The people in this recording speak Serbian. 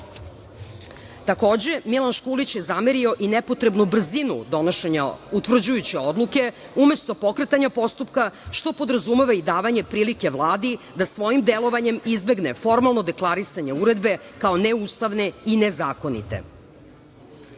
štapu. Takođe, Miloš Škulić je zamerio i nepotrebnu brzinu donošenja utvrđujuće odluke umesto pokretanja postupka, što podrazumeva i davanje prilike Vladi da svojim delovanjem izbegne formalno deklarisanje uredbe kao neustavne i nezakonite. Na